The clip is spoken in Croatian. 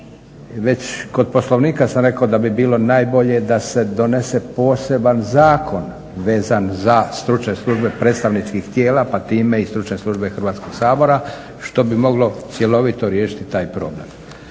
već kod Poslovnika sam rekao da bi bilo najbolje da se donese poseban zakon vezan za stručne službe predstavničkih tijela, pa time i stručne službe Hrvatskog sabora. Što bi moglo cjelovito riješiti taj problem.